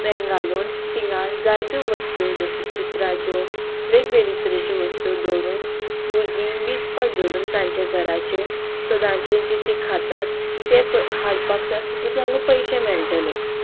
तें घालून तिंगा जायत्यो वस्तू जश्य चित्राच्यो वेगवेगळे तरेच्यो वस्तूो दवरून भुरगीं विकपाक दवरून तांचे घराचे सदांचे जी ती खातात ते हाडपाक त सुद्दां तांकां पयशे मेळटले